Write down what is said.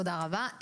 תודה רבה.